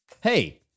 Hey